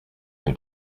can